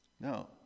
No